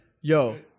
Yo